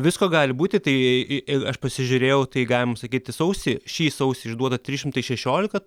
visko gali būti tai ir aš pasižiūrėjau tai galima sakyti sausį šį sausį išduota trys šimtai šešiolika